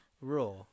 Raw